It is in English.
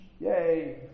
yay